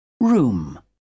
room